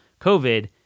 COVID